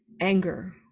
anger